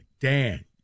Dan